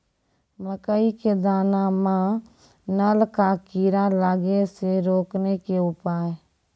मकई के दाना मां नल का कीड़ा लागे से रोकने के उपाय?